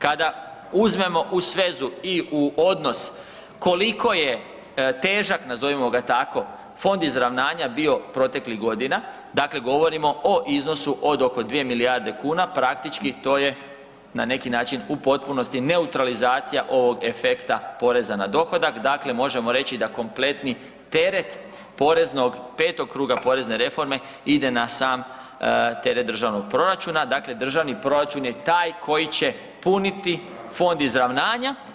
Kada uzmemo usvezu i u odnos koliko je težak, nazovimo ga tako, Fond izravnanja bio proteklih godina, dakle govorimo o iznosu od oko 2 milijarde kuna, praktički to je na neki način u potpunosti neutralizacija ovog efekta poreza na dohodak, dakle možemo reći da kompletni teret poreznog, 5. kruga porezne reforme ide na sam teret državnog proračuna, dakle državni proračun je taj koji će puniti Fond izravnanja.